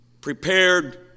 prepared